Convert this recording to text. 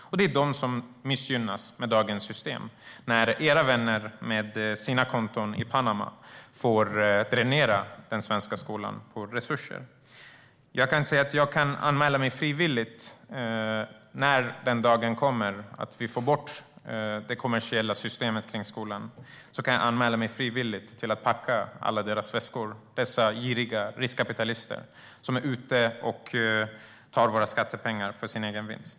Och det är de som missgynnas med dagens system när era vänner med sina konton i Panama får dränera den svenska skolan på resurser. När den dagen kommer då vi får bort det kommersiella systemet kring skolan kan jag anmäla mig frivilligt att packa alla deras väskor - dessa giriga riskkapitalister som tar våra skattepengar för sin egen vinst.